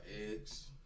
eggs